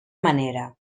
manera